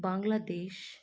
Bangladesh